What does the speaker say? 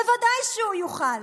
ודאי שהוא יוכל.